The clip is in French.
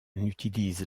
utilise